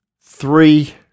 three